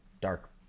Dark